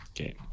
Okay